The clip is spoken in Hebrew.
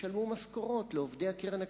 ישלמו משכורות לעובדי הקרן הקיימת,